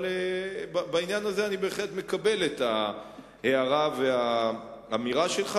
אבל בעניין הזה אני בהחלט מקבל את ההערה והאמירה שלך,